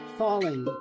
falling